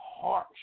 harsh